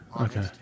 Okay